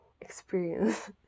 experience